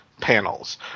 panels